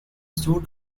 store